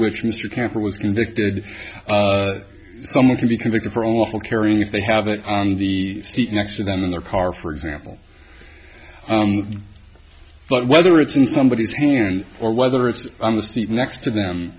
which mr camper was convicted someone can be convicted for a lawful carrying if they have it on the seat next to them in their car for example but whether it's in somebodies hand or whether it's on the seat next to them